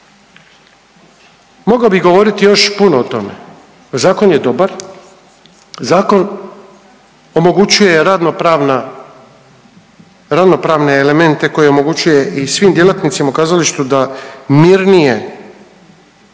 Mogao bih govoriti još puno o tome, zakon je dobar, zakon omogućuje radno pravna, radno pravne elemente koje omogućuje i svim djelatnicima u kazalištu da mirnije